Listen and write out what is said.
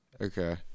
Okay